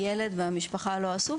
הילד והמשפחה לא עשו,